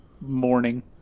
morning